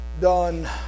done